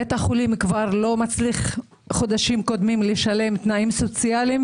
בית החולים כבר לא מצליח לשלם תנאים סוציאליים,